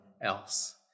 else